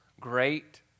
great